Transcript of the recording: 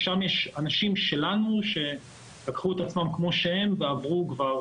ששם יש אנשים שלנו שלקחו את עצמם כמו שהם ועברו כבר